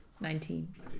Nineteen